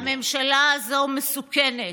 הממשלה הזאת מסוכנת.